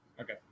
okay